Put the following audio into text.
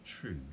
true